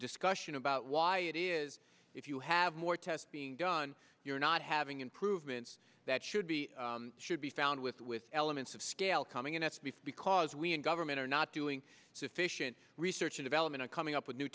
discussion about why it is if you have more tests being done you're not having improvements that should be should be found with with elements of scale coming in s b because we and government are not doing so efficient research or development coming up with new